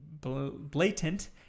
blatant